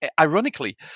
ironically